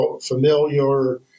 familiar